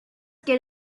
get